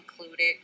included